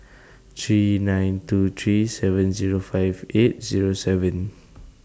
three nine two three seven Zero five eight Zero seven